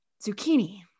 zucchini